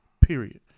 Period